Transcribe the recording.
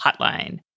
hotline